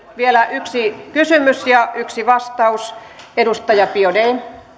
vielä yksi kysymys ja vastaus edustaja biaudet